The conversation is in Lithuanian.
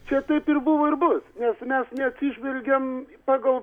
čia taip ir buvo ir bus ir nes mes neatsižvelgiam pagal